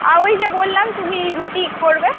আর ওই যে বললাম তুমি রুটি করবে